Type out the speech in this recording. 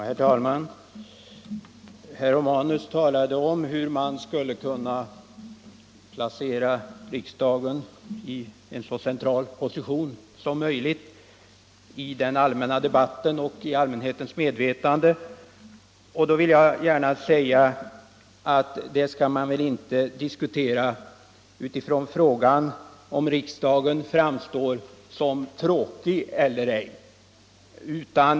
Herr talman! Herr Romanus talade om hur man skulle kunna placera riksdagen i en så central position som möjligt i den allmänna debatten och i allmänhetens medvetande. Men det skall man väl inte diskutera med utgångspunkt i frågan om riksdagen framstår som tråkig eller ej.